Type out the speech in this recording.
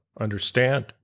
Understand